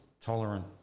tolerant